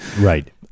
Right